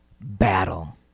battle